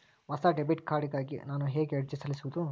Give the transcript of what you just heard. ಹೊಸ debit card ಗಾಗಿ ನಾನು ಹೇಗೆ ಅರ್ಜಿ ಸಲ್ಲಿಸುವುದು?